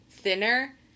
thinner